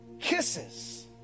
kisses